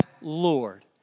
Lord